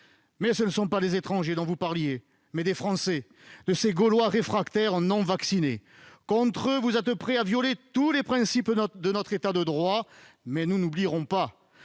parliez non pas des étrangers, mais des Français, ces Gaulois réfractaires non vaccinés. Contre eux, vous êtes prêts à violer tous les principes de notre État de droit. Nous n'oublierons pas